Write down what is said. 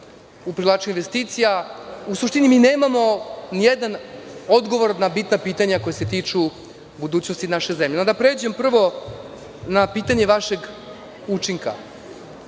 u privlačenju investicija.U suštini mi nemamo ni jedan odgovor na bitna pitanja koja se tiču budućnosti naše zemlje, onda pređem prvo na pitanje vašeg učinka.